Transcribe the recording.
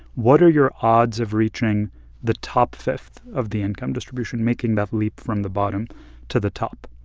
what are your odds of reaching the top fifth of the income distribution, making that leap from the bottom to the top?